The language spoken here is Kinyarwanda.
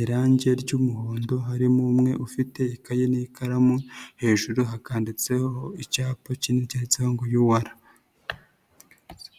irangi ry'umuhondo, harimo umwe ufite ikaye n'ikaramu hejuru hakanditseho icyapa kinini cyanditseho ngo UR.